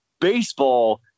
Baseball